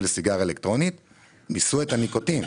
סיגריה אלקטרונית מיסו את הניקוטין.